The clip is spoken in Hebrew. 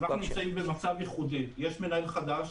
אנחנו נמצאים במצב ייחודי יש מנהל חדש,